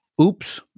Oops